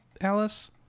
Alice